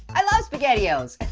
i love spaghettios.